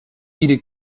est